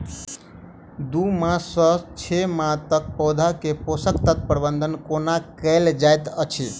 दू मास सँ छै मासक पौधा मे पोसक तत्त्व केँ प्रबंधन कोना कएल जाइत अछि?